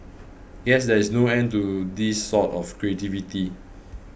guess there is no end to this sort of creativity